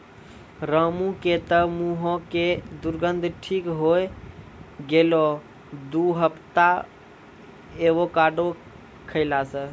रामू के तॅ मुहों के दुर्गंध ठीक होय गेलै दू हफ्ता एवोकाडो खैला स